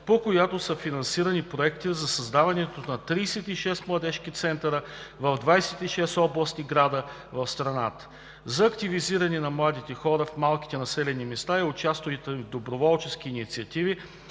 по която са финансирани проекти за създаването на 36 младежки центъра в 26 областни града в страната. За активизиране на младите хора в малките населени места и участието им в доброволчески инициативи